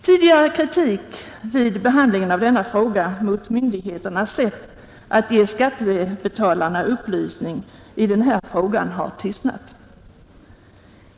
Tidigare kritik vid behandlingen av denna fråga mot myndigheternas sätt att ge skattebetalarna upplysning i detta sammanhang har tystnat.